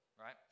right